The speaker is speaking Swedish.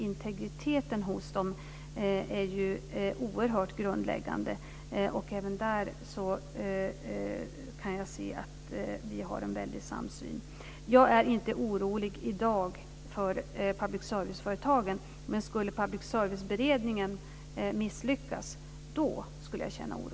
Integriteten hos public serviceföretagen är grundläggande. Även där kan jag se att vi har en samsyn. Jag är inte orolig för public service-företagen i dag. Men om Public service-beredningen skulle misslyckas skulle jag känna oro.